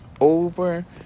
over